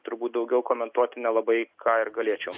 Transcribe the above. turbūt daugiau komentuoti nelabai ką ir galėčiau